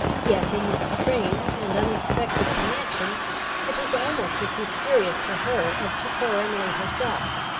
yet in this strange and unexpected connection it was almost as mysterious to her as to poor emily herself.